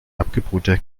abgebrühter